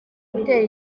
gutera